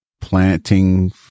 planting